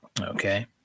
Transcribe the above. okay